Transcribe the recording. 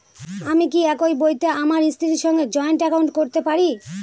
আমি কি একই বইতে আমার স্ত্রীর সঙ্গে জয়েন্ট একাউন্ট করতে পারি?